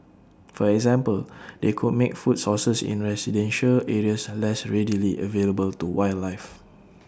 for example they could make food sources in residential areas unless readily available to wildlife